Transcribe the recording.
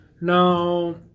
Now